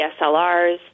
DSLRs